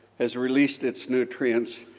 has released its nutrients.